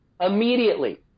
immediately